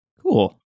Cool